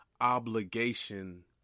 obligation